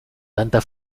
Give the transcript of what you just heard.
tanta